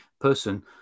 person